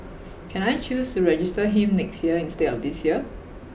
can I choose to register him next year instead of this year